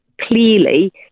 Clearly